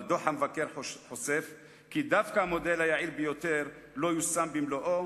אבל דוח המבקר חושף כי דווקא המודל היעיל ביותר לא יושם במלואו,